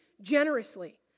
generously